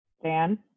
Dan